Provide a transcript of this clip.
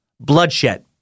Bloodshed